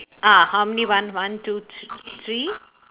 ah how many one one two thr~ three